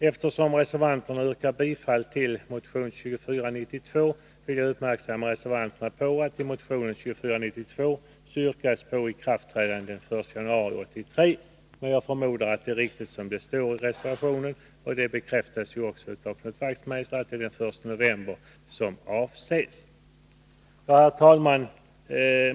Eftersom reservanterna yrkar bifall till motion 2492, vill jag uppmärksamma reservanterna på att det i denna motion yrkas på ett ikraftträdande den 1 januari 1983. Men jag förmodar att det är riktigt som det står i reservationen — att det är den 1 november som avses. Det bekräftades också av Knut Wachtmeister. Herr talman!